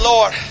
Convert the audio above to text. Lord